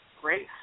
great